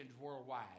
worldwide